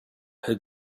had